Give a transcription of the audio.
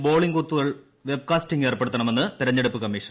polling ബൂത്തുകളിൽ webcasting ഏർപ്പെടുത്തുമെന്ന് തെരഞ്ഞെടുപ്പു കമ്മീഷൻ